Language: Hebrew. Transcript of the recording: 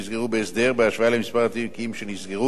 בהשוואה למספר התיקים שנסגרו ולמספר